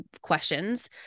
questions